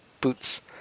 boots